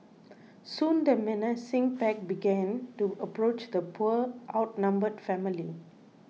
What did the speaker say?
soon the menacing pack began to approach the poor outnumbered family